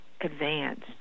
advanced